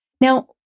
Now